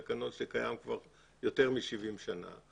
תקנון שקיים כבר יותר מ-70 שנה,